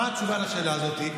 מה התשובה לשאלה הזאת?